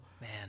Man